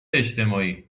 اجتماعی